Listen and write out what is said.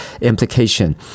implication